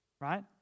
right